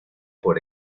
por